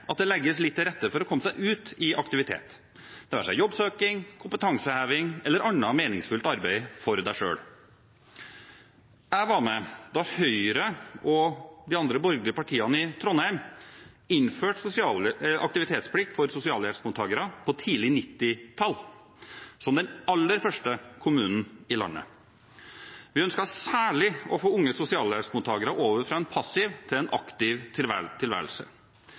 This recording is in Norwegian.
at det legges litt til rette for at de skal komme seg ut i aktivitet – det være seg jobbsøking, kompetanseheving eller annet meningsfullt arbeid for en selv. Jeg var med da Høyre og de andre borgerlige partiene i Trondheim innførte aktivitetsplikt for sosialhjelpsmottakere tidlig på 1990-tallet, som den aller første kommunen i landet. Vi ønsket særlig å få unge sosialhjelpsmottakere over fra en passiv til en aktiv tilværelse.